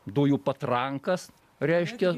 dujų patrankas reiškia